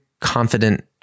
confident